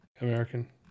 American